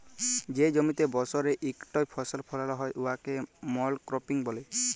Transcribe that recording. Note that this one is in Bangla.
যে জমিতে বসরে ইকটই ফসল ফলাল হ্যয় উয়াকে মলক্রপিং ব্যলে